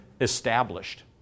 established